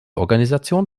organisation